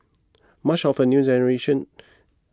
much of the new acceleration